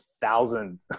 thousand